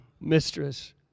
mistress